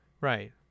right